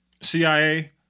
CIA